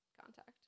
contact